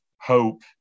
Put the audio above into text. hope